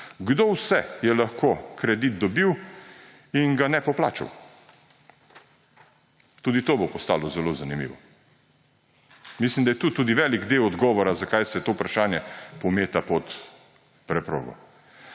kdo vse je lahko kredit dobil in ga ni poplačal. Tudi to bo postalo zelo zanimivo. Mislim, da je tu tudi velik del odgovora, zakaj se to vprašanje pometa pod preprogo.